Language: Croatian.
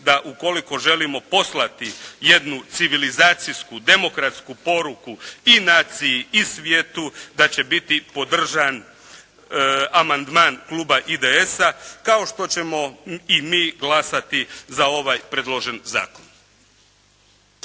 da ukoliko želimo poslati jednu civilizacijsku, demokratsku poruku i naciji i svijetu, da će biti podržan amandman Kluba IDS-a kao što ćemo i mi glasati za ovaj predložen zakon.